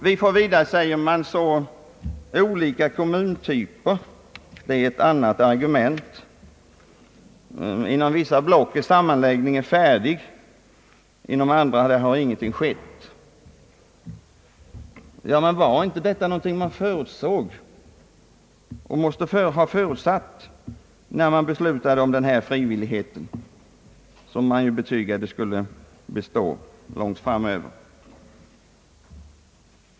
Ett annat argument är att vi får så olika kommuntyper — inom vissa block är sammanläggningen färdig, inom andra har ingenting skett.. Men: var inte detta någonting man förutsåg eller måste ha förutsett när man beslutade om denna frivillighet, som ju enligt vad man betygade skulle bestå under lång tid?